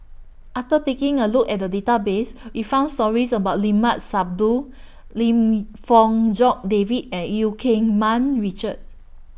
after taking A Look At The Database We found stories about Limat Sabtu Lim Fong Jock David and EU Keng Mun Richard